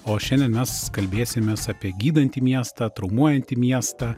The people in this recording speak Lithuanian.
o šiandien mes kalbėsimės apie gydantį miestą traumuojantį miestą